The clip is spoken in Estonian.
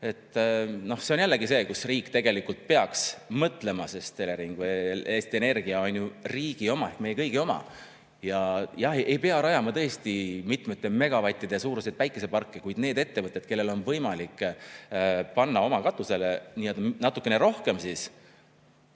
See on jällegi see, kus riik tegelikult peaks mõtlema, sest Elering, Eesti Energia on riigi oma ehk meie kõigi oma. Jah, ei pea rajama tõesti mitmete megavattide suuruseid päikeseparke, kuid need ettevõtted, kellel on võimalik panna oma katusele natukene rohkem